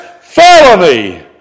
felony